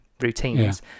routines